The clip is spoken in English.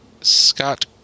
Scott